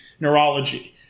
neurology